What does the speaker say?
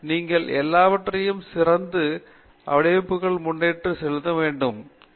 நீங்கள் எல்லாவற்றையும் சேர்த்து சிறந்த வடிவமைப்புகளை முன்னெடுத்துச் செல்ல முடியும்